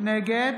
נגד